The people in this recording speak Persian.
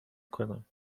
کنم